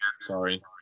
Sorry